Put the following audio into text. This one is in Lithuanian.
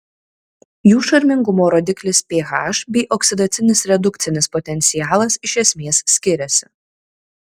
jų šarmingumo rodiklis ph bei oksidacinis redukcinis potencialas iš esmės skiriasi